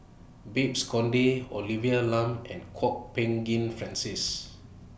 Babes Conde Olivia Lum and Kwok Peng Kin Francis